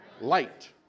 light